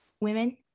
women